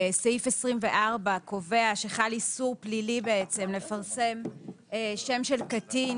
סעיף 24 קובע שחל איסור פלילי לפרסם שם של קטין